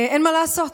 אין מה לעשות,